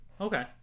Okay